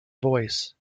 voice